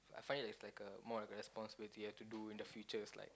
I find it's like a more like a responsibility you have to do in the future